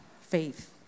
faith